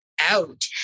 out